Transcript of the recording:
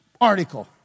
article